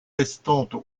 restantes